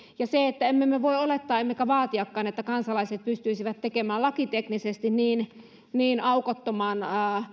ja emme me voi olettaa emmekä vaatiakaan että kansalaiset pystyisivät tekemään lakiteknisesti niin niin aukottoman